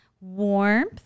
warmth